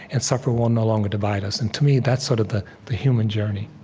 and suffering will no longer divide us. and to me, that's sort of the the human journey